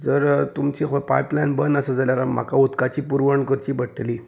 जर तुमची खंय पायपलायन बंद आसा जाल्यार म्हाका उदकाची पुरवण करची पडटली